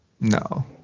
No